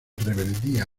rebeldía